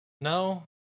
No